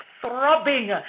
throbbing